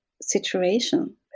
situation